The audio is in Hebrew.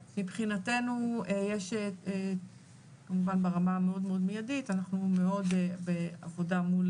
מבחינתנו יש כמובן ברמה המאוד מאוד מיידית אנחנו מאוד בעבודה מול